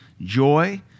joy